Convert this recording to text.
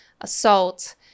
assault